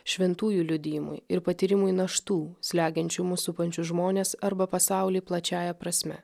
šventųjų liudijimui ir patyrimui naštų slegiančių mus supančius žmones arba pasaulį plačiąja prasme